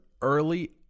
early